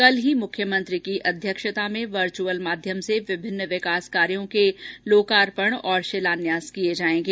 कल ही मुख्यमंत्री की अध्यक्षता में वर्चअल माध्यम से विभिन्न विकास कार्यो के लोकार्पण और शिलान्यास किए जाएंगे